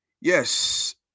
Yes